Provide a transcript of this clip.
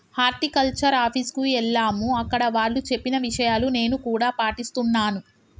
horticulture office కు ఎల్లాము అక్కడ వాళ్ళు చెప్పిన విషయాలు నేను కూడా పాటిస్తున్నాను